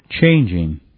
changing